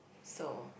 so